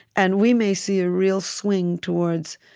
and we may see a real swing towards